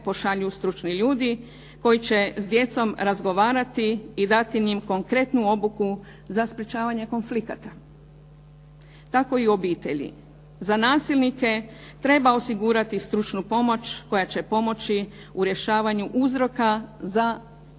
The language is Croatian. pošalju stručni ljudi koji će s djecom razgovarati i dati im konkretnu obuku za sprečavanje konflikata. Tako i u obitelji. Za nasilnike treba osigurati stručnu pomoć koja će pomoći u rješavanju uzroka za nasilničko